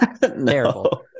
Terrible